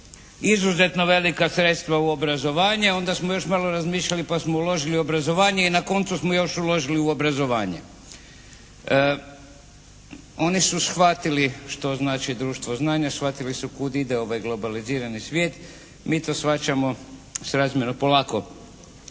izuzetno velika u obrazovanje, onda smo još malo razmišljali pa smo uložili u obrazovanje i na koncu smo još uložili u obrazovanje. Oni su shvatili što znači društvo znanja, shvatili su kud ide ovaj globalizirani svijet. Mi to shvaćamo srazmjerno polako.